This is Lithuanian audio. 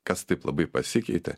kas taip labai pasikeitė